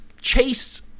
chase